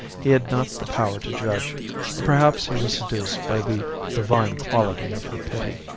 he had not the power to judge or perhaps he was seduced by the divine quality of her pity.